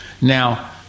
Now